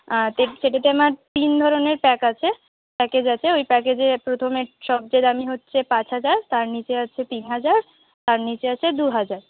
সেটাতে আমার তিন ধরনের প্যাক আছে প্যাকেজ আছে ওই প্যাকেজে প্রথমে সবচেয়ে দামি হচ্ছে পাঁচ হাজার তার নীচে আছে তিন হাজার তার নীচে আছে দু হাজার